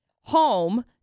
home